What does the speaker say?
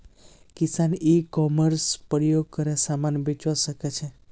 किसान e commerce प्रयोग करे समान बेचवा सकछे